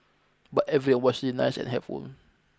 but every was really nice and helpful